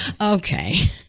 Okay